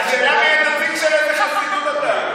נציג של איזו חסידות אתה?